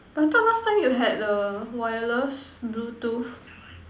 but I thought last time you had the wireless Bluetooth